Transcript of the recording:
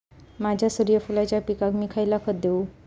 माझ्या सूर्यफुलाच्या पिकाक मी खयला खत देवू?